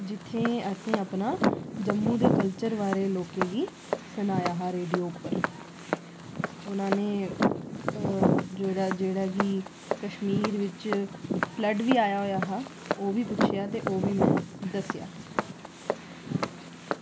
जित्थै असें अपना जम्मू दे कल्चर बारै ई लोकें गी सनाया हा रेडियो पर उन्ना नै जेह्ड़ा कि कश्मीर बिच फ्लड्ड बी आया होआ हा ओह्बी पुच्छेआ ते ओह्बी में दस्सेआ हा